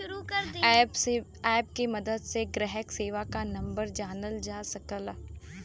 app के मदद से ग्राहक सेवा क नंबर जानल जा सकला